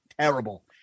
terrible